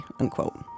unquote